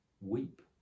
weep